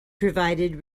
provided